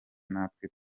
natwe